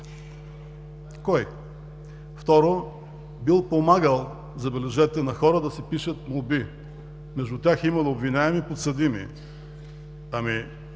Кой? Второ, бил помагал – забележете – на хора да си пишат молби. Между тях имало обвиняеми и подсъдими. По